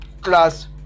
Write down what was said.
class